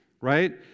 right